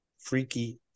freaky